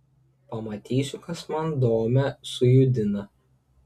pamatysiu kas man domę sujudina